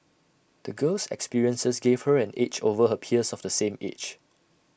the girl's experiences gave her an edge over her peers of the same age